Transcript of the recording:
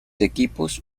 equipos